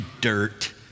dirt